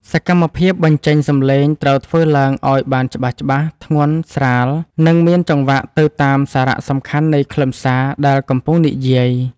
សកម្មភាពបញ្ចេញសំឡេងត្រូវធ្វើឡើងឱ្យបានច្បាស់ៗ ធ្ងន់ស្រាល និងមានចង្វាក់ទៅតាមសារៈសំខាន់នៃខ្លឹមសារដែលកំពុងនិយាយ។